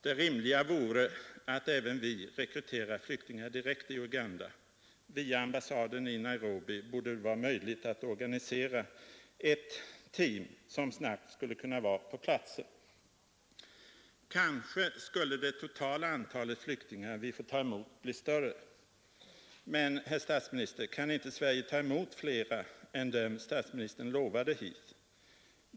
Det rimliga vore att även vi rekryterar flyktingar direkt i Uganda. Via ambassaden i Nairobi borde det vara möjligt att organisera ett team som snabbt skulle kunna vara på platsen. Kanske skulle det totala antalet flyktingar vi får ta emot bli större. Men, herr statsminister kan inte Sverige ta emot flera än dem statsministern lovade Heath?